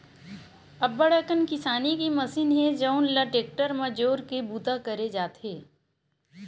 अब्बड़ कन किसानी के मसीन हे जउन ल टेक्टर म जोरके बूता करे जाथे